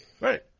right